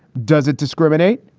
does it discriminate?